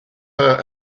her